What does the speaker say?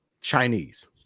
Chinese